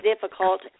difficult